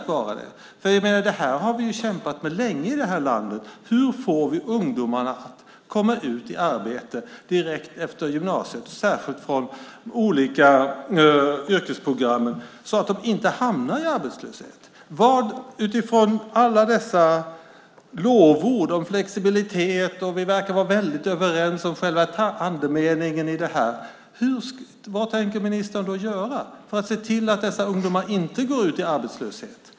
I det här landet har vi ju länge kämpat med frågan om hur vi får ungdomarna att komma ut i arbete direkt efter gymnasiet, särskilt efter olika yrkesprogram, så att de inte hamnar i arbetslöshet. Utifrån alla lovord om flexibilitet och utifrån att vi verkar vara väldigt överens om själva andemeningen undrar jag vad ministern tänker göra för att se till att dessa ungdomar inte går ut i arbetslöshet.